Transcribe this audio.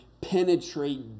penetrate